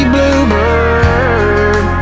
Bluebird